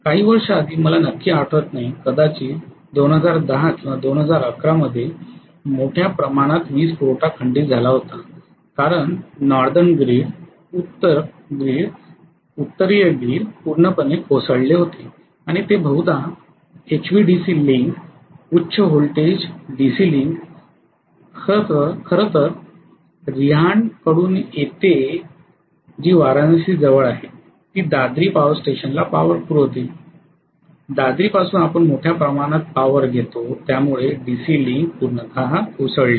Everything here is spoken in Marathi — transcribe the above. काही वर्षांआधी मला नक्की आठवत नाही कदाचित 2010 किंवा 2011 मध्ये मोठ्या प्रमाणात वीजपुरवठा खंडित झाला होता कारण नॉर्दन ग्रीड पूर्णपणे कोसळले होते आणि ते बहुदा एचव्हीडीसी लींक उच्च व्होल्टेज डीसी लींक खरंतर रिहांड कडून येते जी वाराणसी जवळ आहे ती दादरी पॉवर स्टेशनला पॉवर पुरवते दादरी पासून आपण मोठ्या प्रमाणात पॉवर घेतो त्यामुळे डीसी लींक पूर्णतः कोसळली